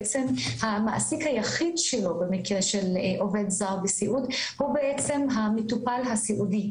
המעסיק היחיד שלו במקרה של עובד זר בסיעוד הוא בעצם המטופל הסיעודי.